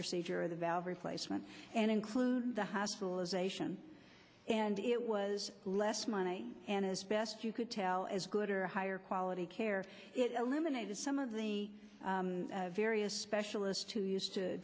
procedure or the valve replacement and include the hospitalization and it was less money and as best you could tell as good or higher quality care it eliminated some of the various specialists who used to